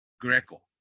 Greco